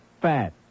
Fat